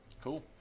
cool